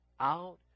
out